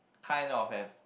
kind of have